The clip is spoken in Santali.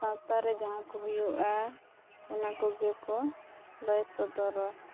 ᱥᱟᱶᱛᱟᱨᱮ ᱡᱟᱦᱟᱸ ᱠᱚ ᱦᱩᱭᱩᱜᱼᱟ ᱚᱱᱟ ᱠᱚᱜᱮ ᱠᱚ ᱞᱟᱹᱭ ᱥᱚᱫᱚᱨᱟ